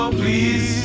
please